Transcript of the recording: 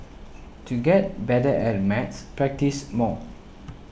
to get better at maths practise more